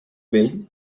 vell